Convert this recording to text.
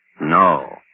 No